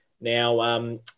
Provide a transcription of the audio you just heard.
Now